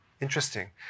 Interesting